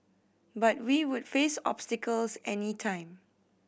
but we would face obstacles any time